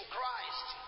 Christ